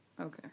Okay